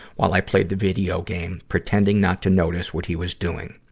while i played the video game pretending not to notice what he was doing.